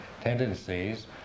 tendencies